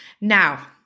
now